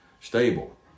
stable